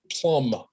Plum